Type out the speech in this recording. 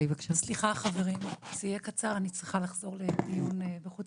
אני אדבר קצר כי אני צריכה לחזור לדיון בוועדת החוץ